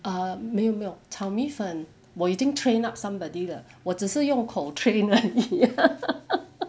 err 没有没有炒米粉我已经 train up somebody 了我只是用口 train 而已